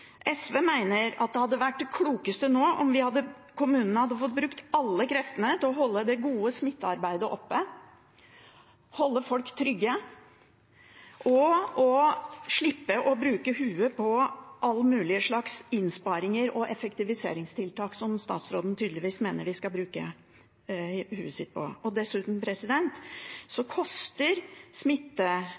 SV mener at det hadde vært det klokeste nå om kommunene hadde fått brukt alle kreftene til å holde det gode smittearbeidet oppe, holde folk trygge og slippe å bruke hodet på alle mulige slags innsparinger og effektiviseringstiltak, som statsråden tydeligvis mener man skal bruke hodet sitt på. Dessuten